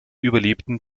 überlebten